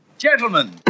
Gentlemen